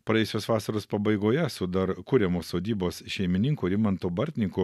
praėjusios vasaros pabaigoje su dar kuriamos sodybos šeimininku rimantu bartniku